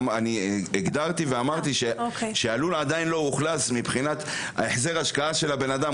הקדמתי ואמרתי שהלול עדיין לא אוכלס מבחינת החזר ההשקעה של האדם,